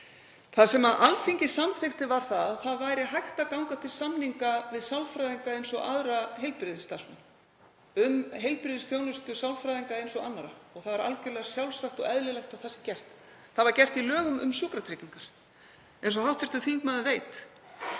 Það sem Alþingi samþykkti var að hægt væri að ganga til samninga við sálfræðinga eins og aðra heilbrigðisstarfsmenn um heilbrigðisþjónustu sálfræðinga eins og annarra og það er algerlega sjálfsagt og eðlilegt að það sé gert. Það var gert í lögum um sjúkratryggingar, eins og hv. þingmaður veit.